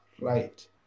right